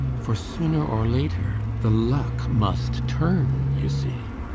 for sooner or later the luck must turn, you see.